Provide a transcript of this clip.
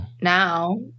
now